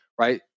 right